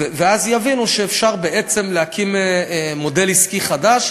ואז יבינו שאפשר בעצם להקים מודל עסקי חדש,